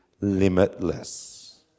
limitless